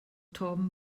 torben